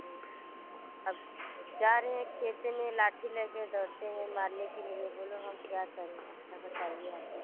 तो अब जा रहे हैं खेते में लाठी लेके दौड़ते हैं मारने के लिए बोलो हम क्या करें अच्छा बताइए आप ही